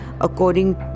according